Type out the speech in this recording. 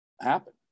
happen